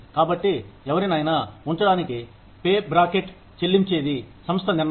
కాబట్టి ఎవరినైనా ఉంచడానికి పే బ్రాకెట్ చెల్లించేది సంస్థ నిర్ణయం